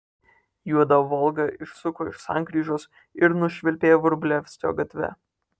juoda volga išsuko iš sankryžos ir nušvilpė vrublevskio gatve